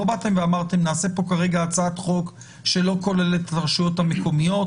לא באתם ואמרתם שנעשה פה כרגע הצעת חוק שלא כוללת את הרשויות המקומיות,